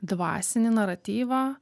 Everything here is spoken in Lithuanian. dvasinį naratyvą